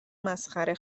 مسخره